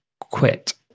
quit